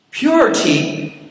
Purity